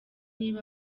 niba